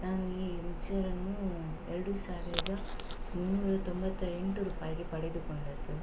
ನಾನು ಈ ಮಿಕ್ಸರನ್ನು ಎರಡು ಸಾವಿರದ ಮುನ್ನೂರ ತೊಂಬತ್ತ ಎಂಟು ರೂಪಾಯಿಗೆ ಪಡೆದುಕೊಂಡದ್ದು